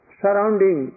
surrounding